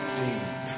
deep